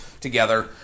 together